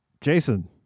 Jason